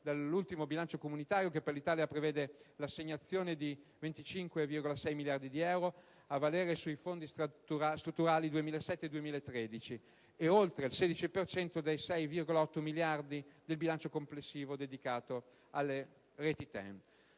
dall'ultimo bilancio comunitario, che per l'Italia prevede l'assegnazione di 25,6 miliardi di euro a valere sui fondi strutturali 2007-2013, e oltre il 16 per cento dei 6,8 miliardi del bilancio complessivo dedicato alle reti TEN.